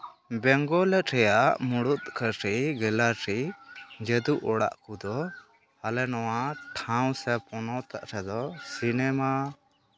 ᱵᱮᱝᱜᱚᱞ ᱨᱮᱭᱟᱜ ᱢᱩᱬᱩᱫ ᱠᱟᱹᱨᱤ ᱜᱮᱞᱟᱨᱤ ᱡᱟᱹᱫᱩ ᱚᱲᱟᱜ ᱠᱚᱫᱚ ᱟᱞᱮ ᱱᱚᱣᱟ ᱴᱷᱟᱶ ᱥᱮ ᱯᱚᱱᱚᱛ ᱨᱮᱫᱚ ᱥᱤᱱᱮᱢᱟ